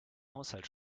haushalt